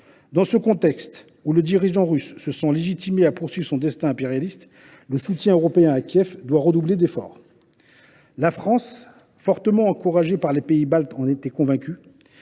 Dans ce contexte où le dirigeant russe se sent légitimé à poursuivre son destin impérialiste, le soutien européen à Kiev doit redoubler d’efforts. La France, fortement encouragée par les pays baltes, en était convaincue.